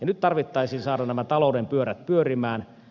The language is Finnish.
nyt tarvitsisi saada nämä talouden pyörät pyörimään